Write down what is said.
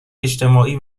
اجتماعی